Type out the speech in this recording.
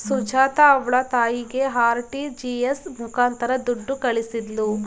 ಸುಜಾತ ಅವ್ಳ ತಾಯಿಗೆ ಆರ್.ಟಿ.ಜಿ.ಎಸ್ ಮುಖಾಂತರ ದುಡ್ಡು ಕಳಿಸಿದ್ಲು